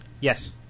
yes